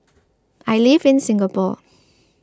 I live in Singapore